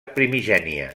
primigènia